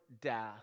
death